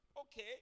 okay